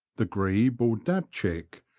the grebe or dabchick,